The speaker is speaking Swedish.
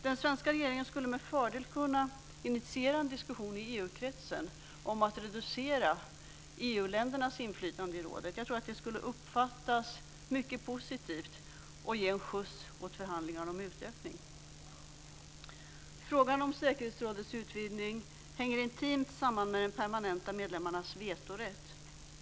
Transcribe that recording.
Den svenska regeringen skulle med fördel kunna initiera en diskussion i EU-kretsen om att reducera EU-ländernas inflytande i rådet. Jag tror att det skulle uppfattas som mycket positivt och ge en skjuts åt förhandlingarna om en utökning. Frågan om säkerhetsrådets utvidgning hänger intimt samman med de permanenta medlemmarnas vetorätt.